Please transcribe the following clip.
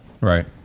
Right